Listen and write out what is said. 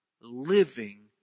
living